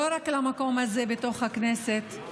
לא רק למקום הזה בתוך הכנסת,